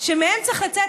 שמהן צריך לצאת.